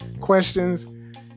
questions